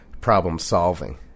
problem-solving